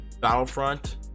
Battlefront